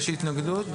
יש התנגדות?